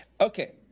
Okay